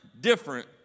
different